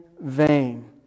vain